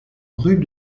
rue